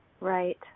Right